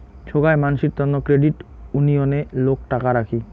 সোগাই মানসির তন্ন ক্রেডিট উনিয়ণে লোক টাকা রাখি